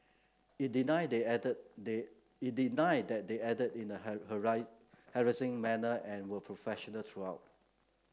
it denied they acted it denied that they acted in a harassing manner and were professional throughout